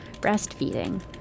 breastfeeding